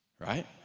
right